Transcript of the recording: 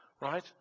right